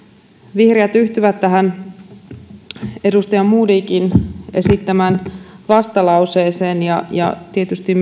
vihreät yhtyvät tähän edustaja modigin esittämään vastalauseeseen ja ja tietysti